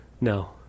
No